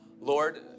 Lord